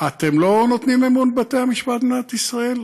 אתם לא נותנים אמון בבתי-המשפט במדינת ישראל?